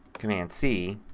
command c,